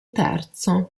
terzo